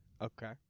Okay